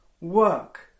work